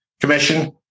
commission